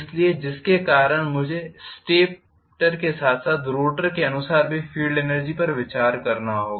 इसलिए जिसके कारण अब मुझे स्टेटर के साथ साथ रोटर के अनुसार भी फील्ड एनर्जी पर विचार करना होगा